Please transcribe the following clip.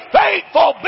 faithful